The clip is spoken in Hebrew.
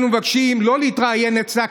אנו מבקשים לא להתראיין אצלה,